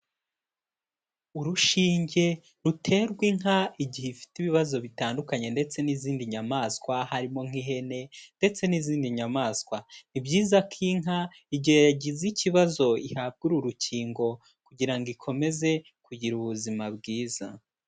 Urushinge ruterwa inka igihe ifite ibibazo bitandukanye ndetse n'izindi nyamaswa harimo nk'ihene ndetse n'izindi nyamaswa, ni byiza ko inka igihe yagize ikibazo ihabwa uru rukingo kugira ngo ikomeze kugira ubuzima bwiza.